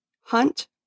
Hunt